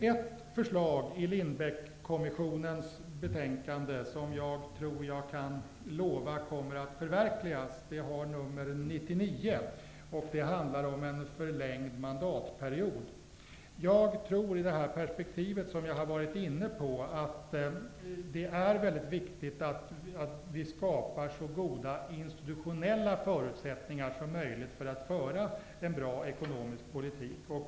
Ett förslag i Lindbeckkommissionens betänkande som jag tror att jag kan lova kommer att förverkligas har nr 99. Det handlar om en förlängd mandatperiod. Jag tror i det perspektiv som jag har varit inne på, att det är mycket viktigt att vi skapar så goda institutionella förutsättningar som möjligt för att föra en bra ekonomisk politik.